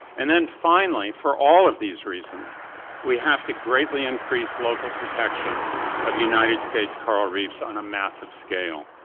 and then finally for all of these reasons we have to greatly increase local protection of united states coral reefs on a massive scale.